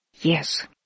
Yes